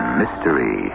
mystery